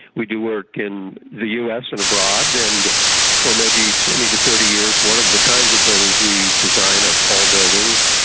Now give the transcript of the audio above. we do work in the us and abroad. and for maybe twenty or thirty years one of the kinds of buildings we design are tall buildings.